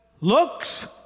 looks